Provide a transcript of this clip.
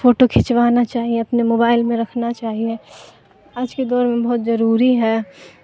photo کھنچوانا چاہیے اپنے موبائل میں رکھنا چاہیے آج کے دور میں بہت ضروری ہے